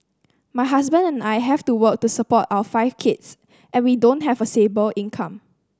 my husband and I have to work to support our five kids and we don't have a stable income